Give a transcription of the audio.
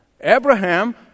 Abraham